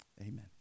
amen